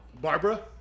Barbara